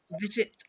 visit